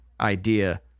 idea